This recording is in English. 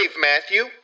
Matthew